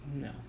No